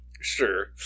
Sure